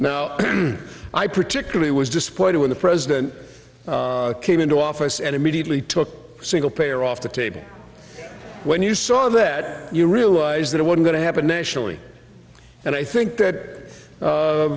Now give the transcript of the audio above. now i particularly was disappointed when the president came into office and immediately took a single player off the table when you saw that you realized that it was going to happen nationally and i think that